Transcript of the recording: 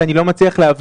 כי אני לא מצליח להבין,